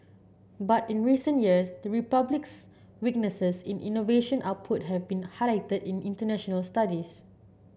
but in recent years the Republic's weaknesses in innovation output have been highlighted in international studies